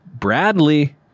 Bradley